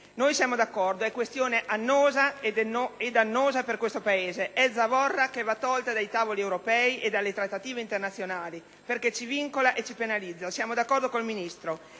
Noi siamo d'accordo: è questione annosa e dannosa per questo Paese; è zavorra che va tolta dai tavoli europei e dalle trattative internazionali, perché ci vincola e penalizza. Siamo d'accordo con il Ministro.